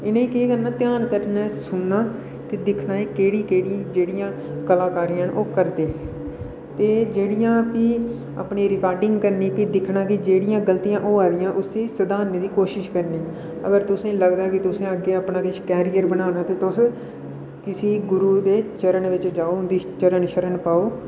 इ'नें गी केह् करना के ध्यान कन्नै सुनना ते दिक्खना के केह्डियां केह्डियां कलाकारियां ना ओह् करदे ते एह् जेह्ड़ियां फ्ही अपनी रिकांडिग करनी ओह् सुननी ते जैह्डिया गलतियां हौआ दिंया उंहे गी सुधारने दी कोशिश करनी अगर तुसे गी लगदा की तुसे अग्गे अपना किश केरियर बनाना ते कुसे गुरु दे चरण बिच्च जाऔ ते उंदी चरण शरण पाऔ